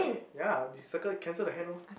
ya this circle cancel the hand lor